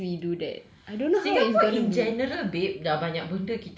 tak pernah ah singapore in general babe